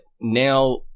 now